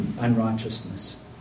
unrighteousness